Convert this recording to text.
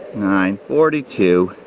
nine. forty two,